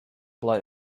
blood